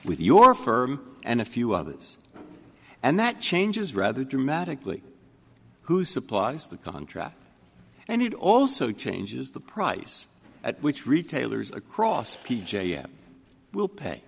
with your firm and a few others and that changes rather dramatically who supplies the contract and it also changes the price at which retailers across p j s will pay